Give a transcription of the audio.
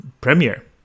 premiere